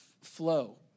flow